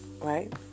right